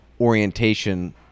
orientation